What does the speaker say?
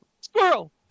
Squirrel